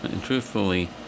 truthfully